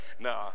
nah